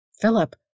Philip